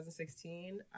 2016